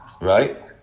Right